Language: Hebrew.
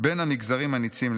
בין המגזרים הניצים.